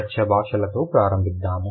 చర్చ భాషలతో ప్రారంబిద్దాము